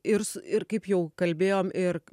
ir su ir kaip jau kalbėjom ir